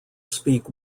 speak